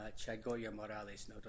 Chagoya-Morales